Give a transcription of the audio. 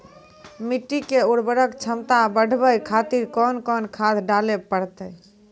मिट्टी के उर्वरक छमता बढबय खातिर कोंन कोंन खाद डाले परतै?